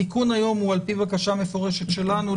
התיקון היום הוא על פי בקשה מפורשת שלנו.